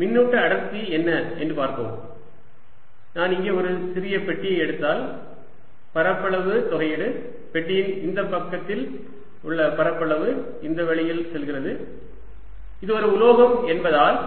மின்னூட்ட அடர்த்தி என்ன என்று பார்ப்போம் நான் இங்கே ஒரு சிறிய பெட்டியை எடுத்தால் பரப்பளவு தொகையீடு பெட்டியின் இந்த பக்கத்தில் உள்ள பரப்பளவு இந்த வழியில் செல்கிறது இது ஒரு உலோகம் என்பதால்